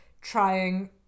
trying